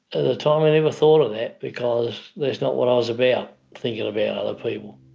at the time i never thought of that because that's not what i was about, thinking about other people.